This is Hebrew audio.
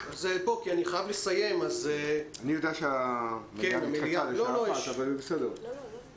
אני יודע שהמליאה נדחתה לשעה 13:00. לא, לא.